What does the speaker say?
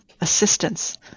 assistance